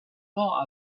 far